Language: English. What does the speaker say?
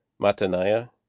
Mataniah